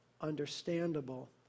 understandable